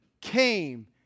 came